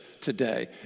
today